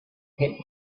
pit